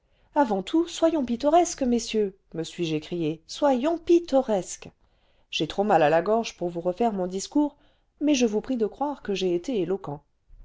avant tout soyons pittoresques messieurs me suis-je écrié soyons pittoresques j'ai trop mal à la gorge pour vous refaire mon discours mais je vous prie de croire que j'ai été éloquent